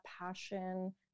passion